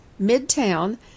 Midtown